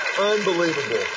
Unbelievable